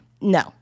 no